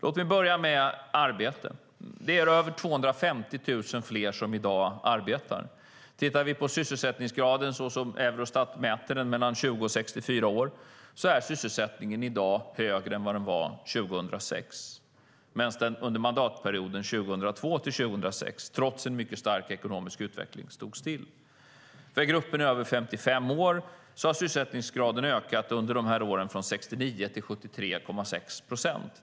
Låt mig börja med arbete. Det är över 250 000 fler som arbetar i dag. Tittar vi på sysselsättningsgraden som Eurostat mäter den, mellan 20 och 64 år, ser vi att sysselsättningen i dag är högre än vad den var 2006. Under mandatperioden 2002-2006 stod den still trots en mycket stark ekonomisk utveckling. För gruppen över 55 år har sysselsättningsgraden under dessa år ökat från 69 till 73,6 procent.